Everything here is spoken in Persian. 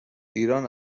ایران